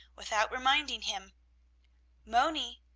without reminding him moni,